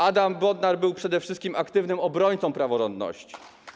Adam Bodnar był przede wszystkim aktywnym obrońcą praworządności.